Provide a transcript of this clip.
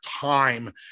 time